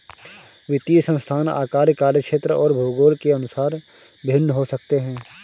वित्तीय संस्थान आकार, कार्यक्षेत्र और भूगोल के अनुसार भिन्न हो सकते हैं